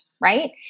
right